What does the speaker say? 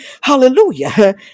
hallelujah